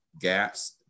gaps